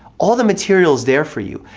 all the material's there for you.